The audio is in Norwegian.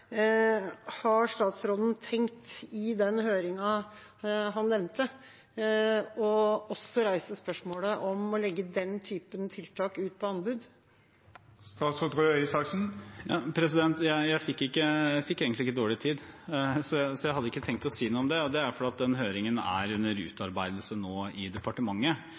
til statsråden er: Har statsråden i den høringen han nevnte, tenkt også å reise spørsmålet om å legge den typen tiltak ut på anbud? Jeg fikk egentlig ikke dårlig tid, jeg hadde ikke tenkt å si noe om det. Det er fordi denne høringen nå er under utarbeidelse i departementet.